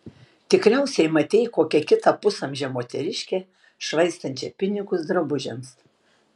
tikriausiai matei kokią kitą pusamžę moteriškę švaistančią pinigus drabužiams